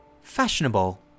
Fashionable